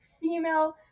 female